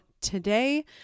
today